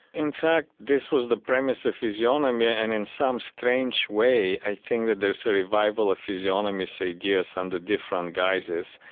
in fact this was the premise of physiognomy and in some strange way i think that there so revival of physiognomist ideas and under different guises.